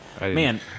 man